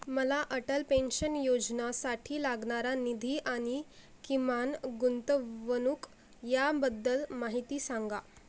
मला अटल पेन्शन योजनासाठी लागणारा निधी आणि किमान गुंतवणूक याबद्दल माहिती सांगा